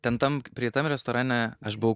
ten tam preitam restorane aš buvau